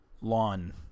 lawn